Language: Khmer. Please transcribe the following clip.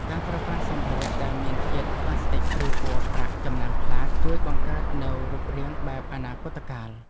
ការប្រើប្រាស់សម្ភារៈដែលមានជាតិផ្លាស្ទិក ឬពណ៌ប្រាក់ចំណាំងផ្លាតជួយបង្កើតនូវរូបរាងបែបអនាគតកាល។